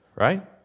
Right